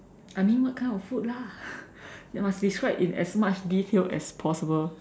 I mean what kind of food lah then must describe in as much detail as possible